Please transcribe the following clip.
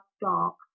dark